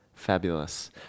Fabulous